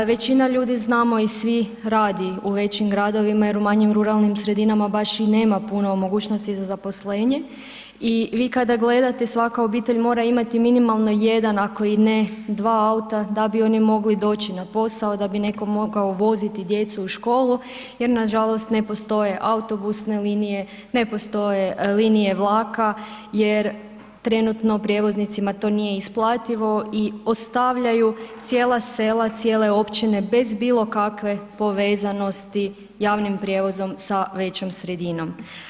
Većina ljudi znamo i svi radi u većim gradovima jer u manjim ruralnim sredinama baš i nema puno mogućnosti za zaposlenje i vi kada gledate svaka obitelj mora imati 1 ako ne i 2 auta da bi oni mogli doći na posao, da bi netko mogao voziti djecu u školu, jer nažalost ne postoje autobusne linije, ne postoje linije vlaka jer trenutno prijevoznicima to nije isplativo i ostavljaju cijela sela, cijele općine bez bilo kakve povezanosti javnim prijevozom sa većom sredinom.